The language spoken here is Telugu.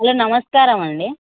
హలో నమస్కారం అండి